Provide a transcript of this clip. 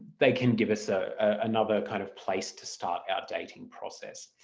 they can give us ah another kind of place to start our dating process.